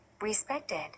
respected